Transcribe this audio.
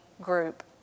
group